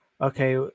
okay